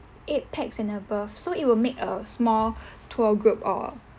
eight pax and above so it will make a small tour group or